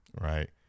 right